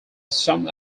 some